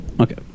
Okay